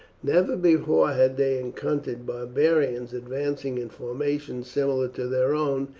never before had they encountered barbarians advancing in formation similar to their own,